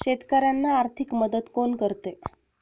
शेतकऱ्यांना आर्थिक मदत कोण करते?